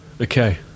Okay